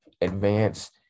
advance